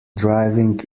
driving